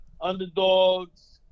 underdogs